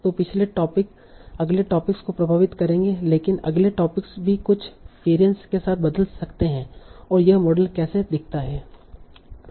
तो पिछले टोपिक अगले टॉपिक्स को प्रभावित करते हैं लेकिन अगले टॉपिक्स भी कुछ वेरीयंस के साथ बदल सकते हैं और यह मॉडल कैसा दिखता है